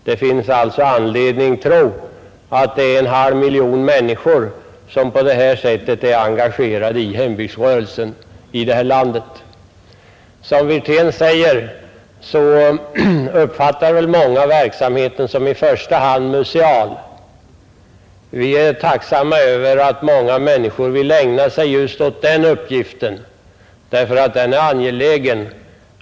Det finns alltså anledning tro att en halv miljon människor på detta sätt är engagerade i hembygdsrörelsen i detta land. Som herr Wirtén säger uppfattar väl många verksamheten som i första hand museal. Vi är tacksamma över att många människor vill ägna sig just ät den uppgiften, därför att den är angelägen.